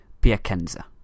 Piacenza